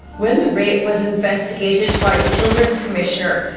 when the rape was investigated by the children's commissioner,